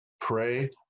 pray